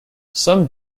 some